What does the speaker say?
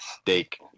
steak